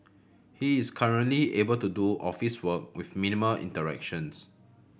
he is currently able to do office work with minimal interactions